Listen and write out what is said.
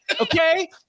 okay